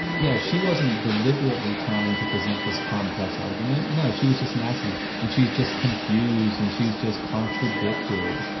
yeah, she wasn't deliberately trying to present this complex argument. no, she was just an accident and she's just confused and she's just contradicted